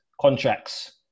contracts